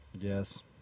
Yes